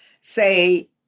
say